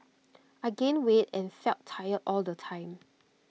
I gained weight and felt tired all the time